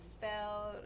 felt